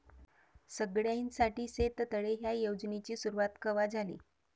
सगळ्याइसाठी शेततळे ह्या योजनेची सुरुवात कवा झाली?